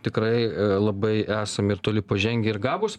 tikrai labai esam ir toli pažengę ir gabūs